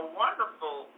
wonderful